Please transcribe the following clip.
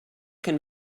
can